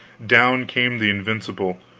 down came the invincible,